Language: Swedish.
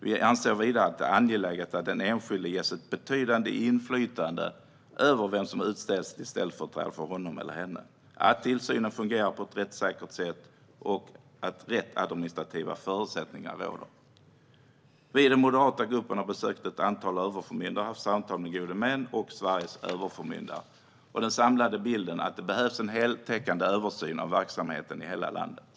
Vi anser vidare att det är angeläget att den enskilde ges ett betydande inflytande över vem som utses till ställföreträdare för honom eller henne, att tillsynen fungerar på ett rättssäkert sätt och att rätt administrativa förutsättningar råder. Vi i den moderata gruppen har besökt ett antal överförmyndare, haft samtal med gode män och träffat Sveriges överförmyndare. Den samlade bilden är att det behövs en heltäckande översyn av verksamheten i hela landet.